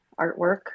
artwork